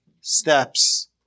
steps